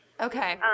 Okay